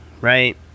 Right